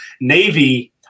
Navy